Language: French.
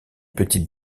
petites